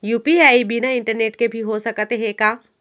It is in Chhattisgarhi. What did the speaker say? यू.पी.आई बिना इंटरनेट के भी हो सकत हे का?